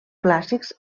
clàssics